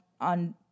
on